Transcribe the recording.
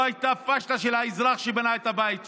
לא הייתה פשלה של האזרח שבנה את הבית שלו,